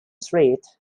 street